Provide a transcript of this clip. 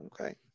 Okay